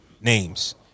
names